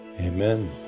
Amen